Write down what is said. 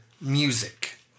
music